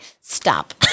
Stop